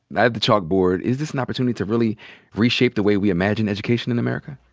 at the chalkboard. is this an opportunity to really reshape the way we imagine education in america?